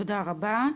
תודה רבה.